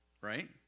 right